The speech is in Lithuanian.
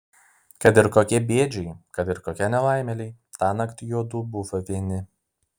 kad ir kokie bėdžiai kad ir kokie nelaimėliai tąnakt juodu buvo vieni